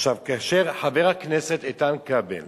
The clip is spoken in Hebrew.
עכשיו, כאשר חבר הכנסת איתן כבל